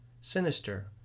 Sinister